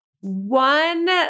One